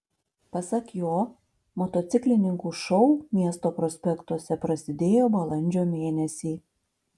pasak jo motociklininkų šou miesto prospektuose prasidėjo balandžio mėnesį